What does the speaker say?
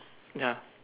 ya